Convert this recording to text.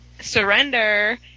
surrender